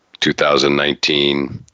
2019